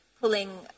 pulling